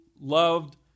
loved